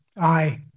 Aye